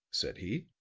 said he.